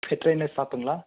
bed trainer ஷாப்புங்களா